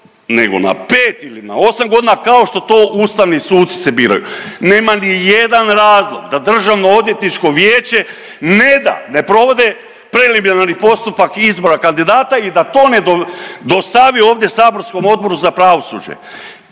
nego na 5 ili na 8.g. kao što to ustavni suci se biraju. Nema nijedan razlog da DOV ne da, ne provode preliminarni postupak izbora kandidata i da to ne dostavi ovdje saborskom Odboru za pravosuđe.